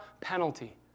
penalty